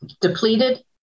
depleted